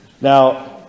now